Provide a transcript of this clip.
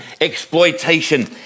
exploitation